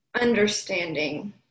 understanding